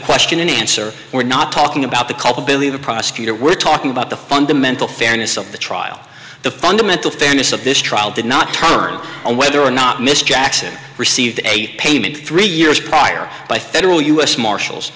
question and answer we're not talking about the couple believe the prosecutor we're talking about the fundamental fairness of the trial the fundamental fairness of this trial did not turn on whether or not mr jackson received a payment three years prior by federal u s marshals